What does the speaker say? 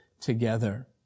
together